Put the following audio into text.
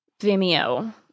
Vimeo